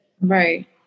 Right